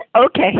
okay